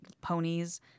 ponies